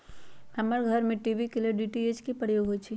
हमर घर में टी.वी के लेल डी.टी.एच के प्रयोग होइ छै